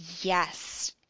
Yes